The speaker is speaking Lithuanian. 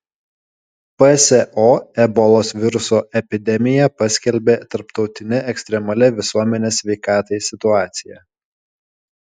pso ebolos viruso epidemiją paskelbė tarptautine ekstremalia visuomenės sveikatai situacija